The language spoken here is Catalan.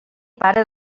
pare